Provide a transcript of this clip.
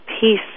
peace